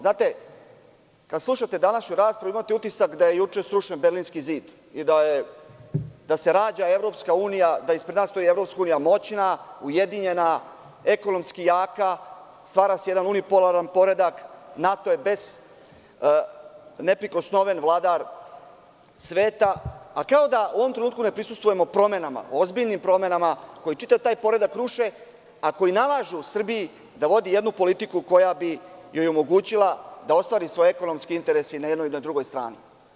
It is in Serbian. Znate, kad slušate današnju raspravu, imate utisak da je juče srušen Berlinski zid i da se rađa EU koja je moćna, ujedinjena, ekonomski jaka, stvara se jedan unipolaran poredak, NATO je neprikosnoveni vladar sveta, kao da u ovom trenutku ne prisustvujemo promenama, ozbiljnim promenama koje čitav taj poredak ruše, a koji nalažu Srbiji da vodi jednu politiku koja bi joj omogućila da ostvari svoje ekonomske interese i na jednoj i na drugoj strani.